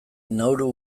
nauru